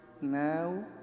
now